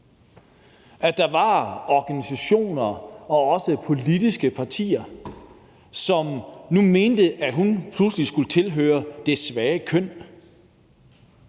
at der var organisationer og også politiske partier, som nu mente, at hun pludselig skulle tilhøre det svage køn.